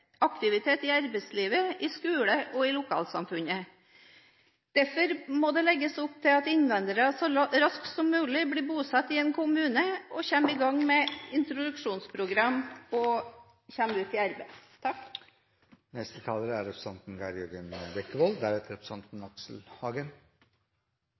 aktivitet – aktivitet i arbeidslivet, i skolen og i lokalsamfunnet. Derfor må det legges opp til at innvandrere så raskt som mulig blir bosatt i en kommune, kommer i gang med introduksjonsprogram og kommer ut i arbeid.